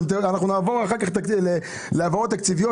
אנחנו אחר כך נעבור על ההעברות התקציביות